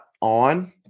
on